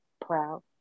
Proud